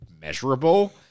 measurable